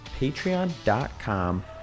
patreon.com